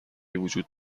وجود